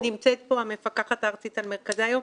נמצאת פה המפקחת הארצית על מרכזי היום.